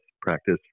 practice